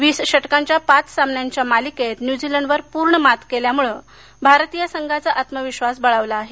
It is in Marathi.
वीस षटकांच्या पाच सामन्यांच्या मालिकेत न्यूझीलंडवर पूर्ण मात केल्यामुळं भारतीय संघाचा आत्मविश्वास बळावला आहे